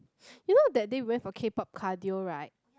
you know that day we went for K-pop cardio right